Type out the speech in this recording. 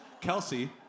Kelsey